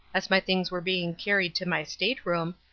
as my things were being carried to my state-room,